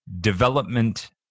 development